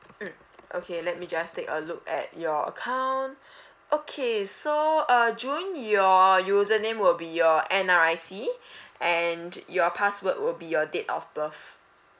mm okay let me just take a look at your account okay so uh june your username will be your N_R_I_C and your password will be your date of birth